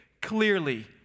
Clearly